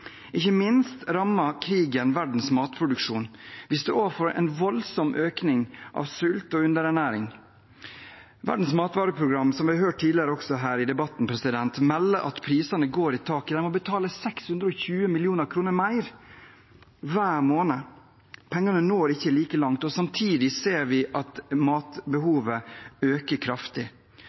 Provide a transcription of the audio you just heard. ikke minst rammer krigen verdens matproduksjon. Vi står overfor en voldsom økning av sult og underernæring. Verdens matvareprogram, som vi har hørt tidligere i debatten også, melder at prisene går i taket. De må betale 620 mill. kr mer hver måned. Pengene når ikke like langt, og samtidig ser vi at matbehovet øker kraftig.